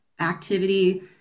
activity